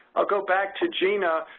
i'll go back to regina,